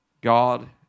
God